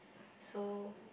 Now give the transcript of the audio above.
so